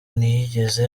ntiyigeze